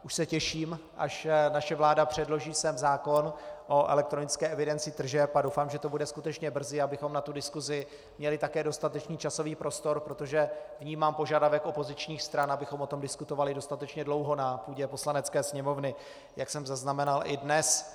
Už se těším, až naše vláda sem předloží zákon o elektronické evidenci tržeb, a doufám, že to bude skutečně brzy, abychom na tu diskusi měli také dostatečný časový prostor, protože vnímám požadavek opozičních stran, abychom o tom diskutovali dostatečně dlouho na půdě Poslanecké sněmovny, jak jsem zaznamenal i dnes.